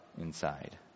inside